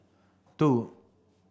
two